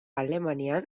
alemanian